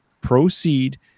proceed